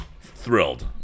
thrilled